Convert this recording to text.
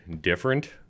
different